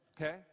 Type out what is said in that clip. Okay